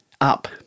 up